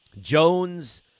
Jones